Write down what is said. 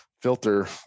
filter